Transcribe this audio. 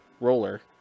Roller